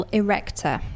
erector